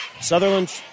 Sutherland